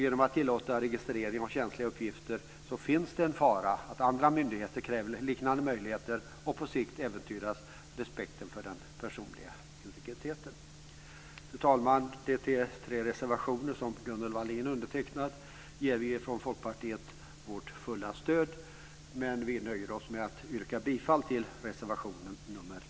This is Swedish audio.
Genom att tillåta registrering av känsliga uppgifter finns det en fara för att andra myndigheter kräver liknande möjligheter, och på sikt äventyras respekten för den personliga integriteten. Fru talman! Vi från Folkpartiet ger vårt fulla stöd till de tre reservationer som Gunnel Wallin har undertecknat, men vi nöjer oss med att yrka bifall till reservation nr 1.